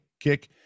kick